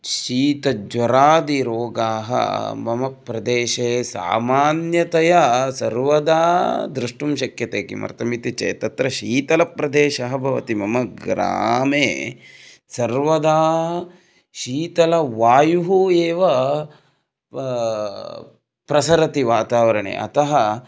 शीतज्ज्वरादिरोगाः मम प्रदेशे सामान्यतया सर्वदा द्रष्टुं शक्यते किमर्थम् इति चेत् तत्र शीतलप्रदेशः भवति मम ग्रामे सर्वदा शीतलः वायुः एव पा प्रसरति वातावरणे अतः